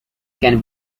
can